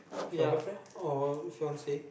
ya or fiance